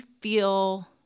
feel